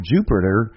Jupiter